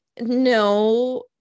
no